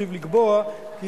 הצעת החוק אושרה בקריאה שלישית,